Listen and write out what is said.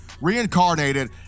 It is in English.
reincarnated